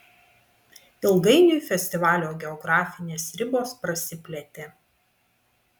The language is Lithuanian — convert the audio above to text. ilgainiui festivalio geografinės ribos prasiplėtė